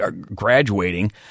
graduating